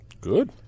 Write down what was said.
Good